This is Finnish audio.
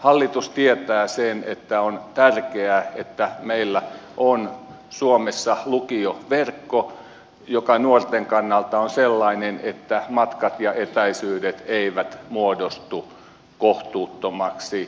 hallitus tietää sen että on tärkeää että meillä on suomessa lukioverkko joka nuorten kannalta on sellainen että matkat ja etäisyydet eivät muodostu kohtuuttomiksi